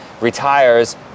retires